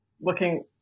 looking